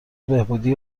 بهبودی